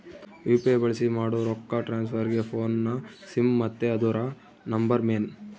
UPI ಬಳ್ಸಿ ಮಾಡೋ ರೊಕ್ಕ ಟ್ರಾನ್ಸ್ಫರ್ಗೆ ಫೋನ್ನ ಸಿಮ್ ಮತ್ತೆ ಅದುರ ನಂಬರ್ ಮೇನ್